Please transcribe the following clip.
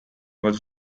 was